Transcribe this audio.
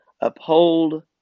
Uphold